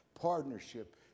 Partnership